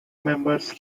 members